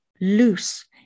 loose